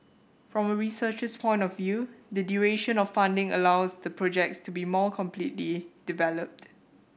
from a researcher's point of view the duration of funding allows the projects to be more completely developed